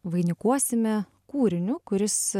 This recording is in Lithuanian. vainikuosime kūriniu kuris